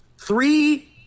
three